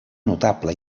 notable